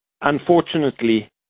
unfortunately